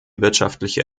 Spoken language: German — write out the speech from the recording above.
wirtschaftliche